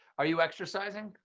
are you exercising?